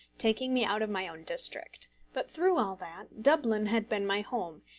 taking me out of my own district but through all that, dublin had been my home,